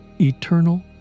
Eternal